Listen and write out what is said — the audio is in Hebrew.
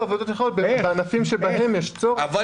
עבודות אחרות בענפים שבהם יש צורך בעובדים.